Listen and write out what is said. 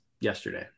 yesterday